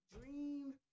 Dream